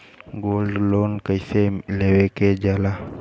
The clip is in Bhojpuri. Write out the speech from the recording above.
गोल्ड लोन कईसे लेवल जा ला?